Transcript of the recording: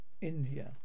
India